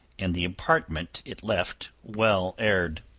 and the apartment it left well aired.